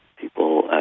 people